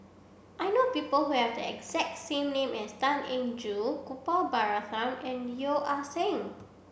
I know people who have the exact same name as Tan Eng Joo Gopal Baratham and Yeo Ah Seng